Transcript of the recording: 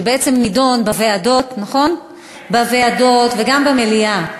שבעצם נדון בוועדות וגם במליאה.